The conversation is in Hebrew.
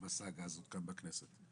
בסאגה הזאת כאן בכנסת.